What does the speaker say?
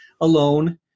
alone